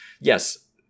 Yes